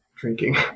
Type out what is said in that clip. drinking